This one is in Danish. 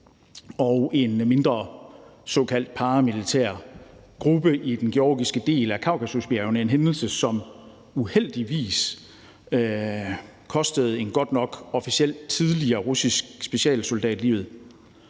og en mindre såkaldt paramilitær gruppe i den georgiske del af Kaukasusbjergene. Det var en hændelse, som uheldigvis kostede en godt nok officielt tidligere russisk specialsoldat livet.